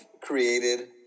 created